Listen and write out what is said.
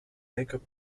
makeup